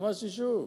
ממש יישוב.